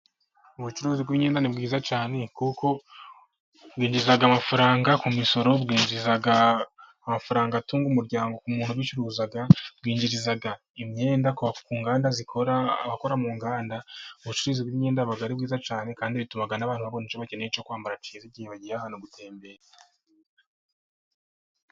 Ubucuruzi bw'imyenda ni bwiza cyane, kuko bwinjiza amafaranga ku misoro, bwinjiza amafaranga atunga umuryango, ku muntu ubicururiza, bwinjiriza imyenda ku nganda zikora, abakora mu nganda, ubucuruzi bw'imyendaga buba ari bwiza cyane kandi bituma n'abantu babona icyo bakeneye, cyo kwambara cyiza, igihe bagiye ahantu gutembera.